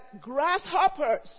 grasshoppers